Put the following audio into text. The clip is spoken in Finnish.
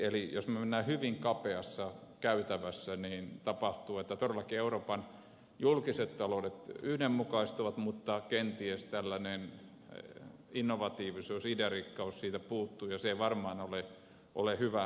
eli jos me menemme hyvin kapeassa käytävässä niin tapahtuu että todellakin euroopan julkiset taloudet yhdenmukaistuvat mutta kenties tällainen innovatiivisuus idearikkaus puuttuu ja se ei varmaan ole hyvä ratkaisu